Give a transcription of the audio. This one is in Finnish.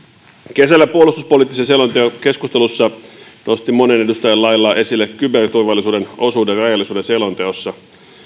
kesällä puolustuspoliittisen selonteon keskustelussa nostin monen edustajan lailla esille kyberturvallisuuden osuuden rajallisuuden selonteossa